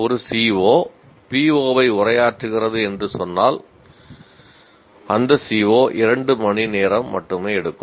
ஒரு CO PO1 ஐ உரையாற்றுகிறது என்று சொன்னால் அந்த CO 2 மணிநேரம் மட்டுமே எடுக்கும்